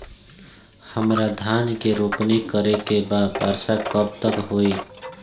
हमरा धान के रोपनी करे के बा वर्षा कब तक होई?